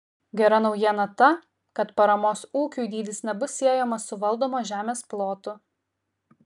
gera naujiena ta kad paramos ūkiui dydis nebus siejamas su valdomos žemės plotu